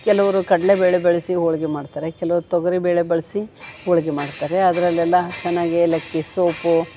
ಕೆಲವ್ರು ಕಡಲೆಬೇಳೆ ಬಳಸಿ ಹೋಳಿಗೆ ಮಾಡ್ತಾರೆ ಕೆಲವ್ ತೊಗರಿಬೇಳೆ ಬಳಸಿ ಹೋಳಿಗೆ ಮಾಡ್ತಾರೆ ಅದರಲ್ಲೆಲ್ಲ ಚೆನ್ನಾಗಿ ಏಲಕ್ಕಿ ಸೋಪು